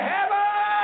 Heaven